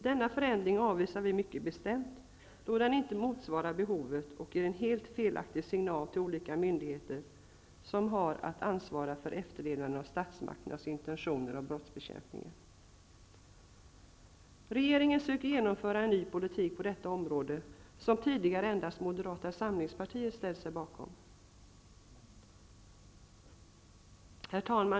Denna förändring avvisar vi mycket besämt, då den inte svarar mot behovet och ger en helt felaktig signal till de olika myndigheter som har att ansvara för efterlevnaden av statsmakternas intentioner i fråga om brottsbekämpningen. Regeringen söker genomföra en ny politik på detta område, som tidigare endast Moderata samlingspartiet ställt sig bakom. Herr talman!